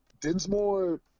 Dinsmore